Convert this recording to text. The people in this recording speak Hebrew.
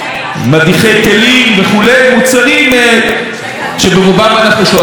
מוצרים שברובם אנחנו משתמשים בהם בבתים,